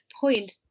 point